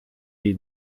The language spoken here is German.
die